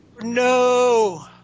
No